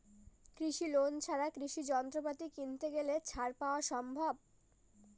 কৃষি লোন ছাড়া কৃষি যন্ত্রপাতি কিনতে গেলে ছাড় পাওয়া সম্ভব?